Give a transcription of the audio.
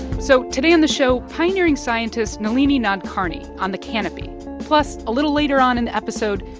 so today on the show, pioneering scientist nalini nadkarni on the canopy plus, a little later on in the episode,